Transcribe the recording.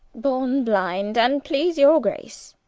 borne blinde, and't please your grace